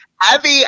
Abby